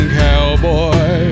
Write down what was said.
cowboy